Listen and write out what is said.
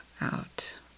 out